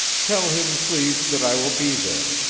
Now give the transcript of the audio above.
tell him, please, that i will be there.